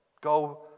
Go